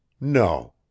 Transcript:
No